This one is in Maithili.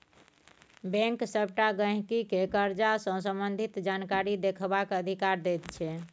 बैंक सबटा गहिंकी केँ करजा सँ संबंधित जानकारी देखबाक अधिकार दैत छै